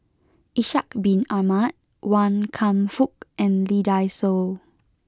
Ishak bin Ahmad Wan Kam Fook and Lee Dai Soh